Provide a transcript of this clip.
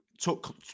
took